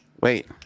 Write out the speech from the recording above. Wait